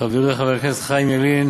חברי חברי הכנסת חיים ילין